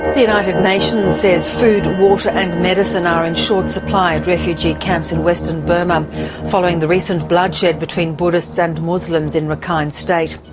the united nations says food, water and medicine are in short supply at refugee camps in western burma following the recent bloodshed between buddhists and muslims in rakhine state.